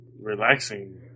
relaxing